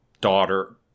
daughter